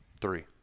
Three